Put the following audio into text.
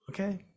okay